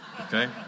Okay